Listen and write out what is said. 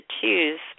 choose